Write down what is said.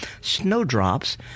snowdrops